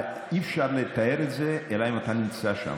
אי-אפשר לתאר את זה אלא אם כן אתה נמצא שם.